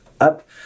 up